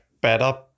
better